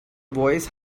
voice